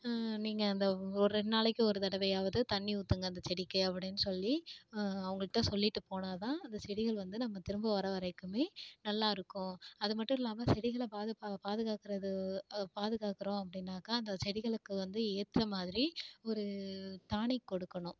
நீங்கள் அந்த ஓ ரெண் நாளைக்கு ஒரு தடவையாவது தண்ணி ஊற்றுங்க அந்த செடிக்கு அப்படின்னு சொல்லி அவங்கள்ட்ட சொல்லிவிட்டு போனால் தான் அந்த செடிகள் வந்து நம்ப திரும்ப வர வரைக்குமே நல்லா இருக்கும் அது மட்டும் இல்லாமல் செடிகளை பாது ப பாதுகாக்கறது பாதுகாக்கறோம் அப்படின்னாக்கா அந்த செடிகளுக்கு வந்து ஏற்ற மாதிரி ஒரு டானிக் கொடுக்கணும்